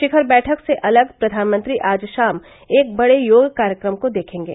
शिखर बैठक से अलग प्रधानमंत्री आज शाम एक बड़े योग कार्यक्रम को देखेंगे